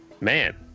Man